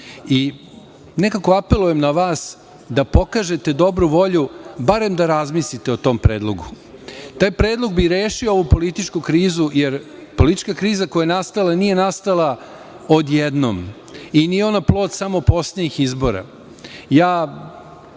i nekako apelujem na vas da pokažete dobru volju barem da razmislite o tom predlogu. Taj predlog bi rešio ovu političku krizu jer politička kriza koja je nastala odjednom i nije ona samo od poslednjih izbora. Radio